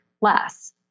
less